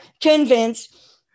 convince